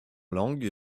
langue